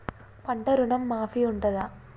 పంట ఋణం మాఫీ ఉంటదా?